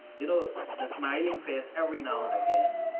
you know, that's my interest, every now and again,